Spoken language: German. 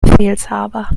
befehlshaber